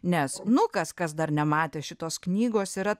nes nukas kas dar nematė šitos knygos yra